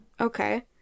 Okay